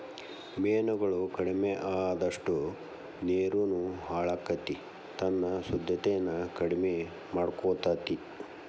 ಮೇನುಗಳು ಕಡಮಿ ಅಅದಷ್ಟ ನೇರುನು ಹಾಳಕ್ಕತಿ ತನ್ನ ಶುದ್ದತೆನ ಕಡಮಿ ಮಾಡಕೊತತಿ